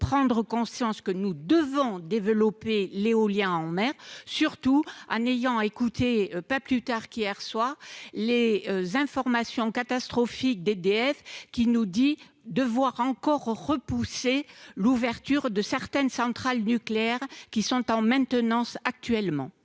prendre conscience que nous devons développer l'éolien en mer, surtout en ayant écouté, pas plus tard qu'hier soir, les informations catastrophiques d'EDF qui nous dit de voir encore repoussés l'ouverture de certaines centrales nucléaires qui sont en maintenance actuellement